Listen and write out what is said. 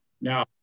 Now